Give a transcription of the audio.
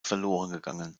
verlorengegangen